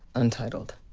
untitled.